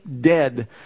dead